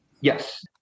yes